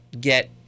get